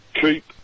keep